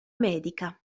medica